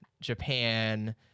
Japan